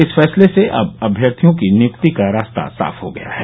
इस फैसले से अब अम्यर्थियों की नियुक्ति का रास्ता साफ हो गया है